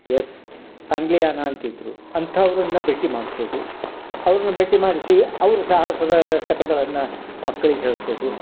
S Sangliana ಅಂತಿದ್ದರು ಅಂಥವರನ್ನ ಭೇಟಿ ಮಾಡಿಸೋದು ಅವರನ್ನ ಭೇಟಿ ಮಾಡಿಸಿ ಅವ್ರ ಸಾಹಸದ ಕತೆಗಳನ್ನು ಮಕ್ಳಿಗೆ ಹೇಳಿಸೋದು